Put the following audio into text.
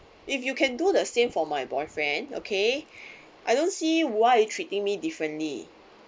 if you can do the same for my boyfriend okay I don't see why you treating me differently